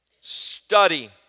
Study